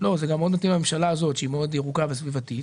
וזה מתאים מאוד לממשלה הזאת שהיא מאוד ירוקה וסביבתית,